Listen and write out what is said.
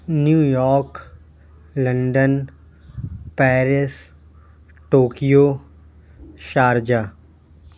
new York London Paris Tokyo Sharjah